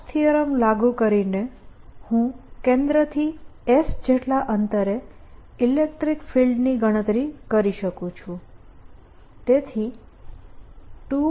Stokes theorem લાગુ કરીને હું કેન્દ્રથી S જેટલા અંતરે ઇલેક્ટ્રીક ફિલ્ડની ગણતરી કરી શકું છું